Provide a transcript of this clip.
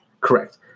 Correct